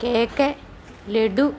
cake laddu